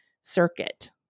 circuit